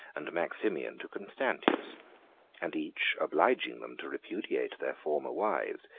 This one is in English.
and maximian to constantius and each, obliging them to repudiate their former wives,